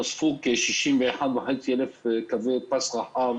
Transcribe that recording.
נוספו כ-61.500 קווי פס רחב